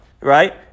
right